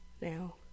now